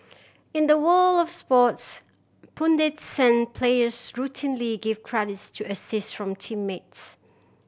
in the world of sports pundits and players routinely give credits to assist from teammates